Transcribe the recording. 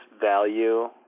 value